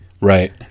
Right